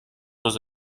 was